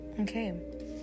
Okay